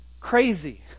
crazy